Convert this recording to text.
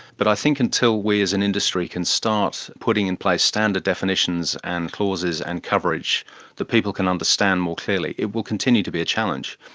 but i think until we as an industry can start putting in place standard definitions and clauses and coverage that people can understand more clearly, it will continue to be a challenge.